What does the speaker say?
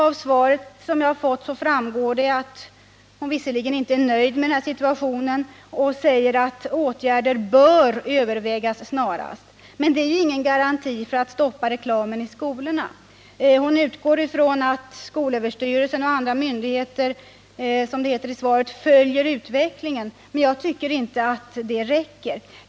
Av svaret som jag har fått framgår att hon inte är nöjd med situationen utan anser att åtgärder ”bör övervägas snarast”. Men det är ingen garanti för att reklamen i skolorna stoppas. Hon utgår från att skolöverstyrelsen och andra myndigheter ”följer utvecklingen”, men det tycker jag inte räcker.